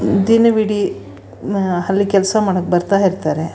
ದಿನವಿಡಿ ಅಲ್ಲಿ ಕೆಲಸ ಮಾಡೋಕೆ ಬರ್ತಾ ಇರ್ತಾರೆ